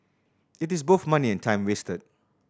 it is both money and time wasted